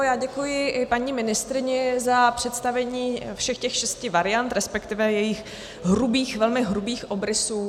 Já děkuji i paní ministryni za představení všech těch šesti variant, respektive jejich velmi hrubých obrysů.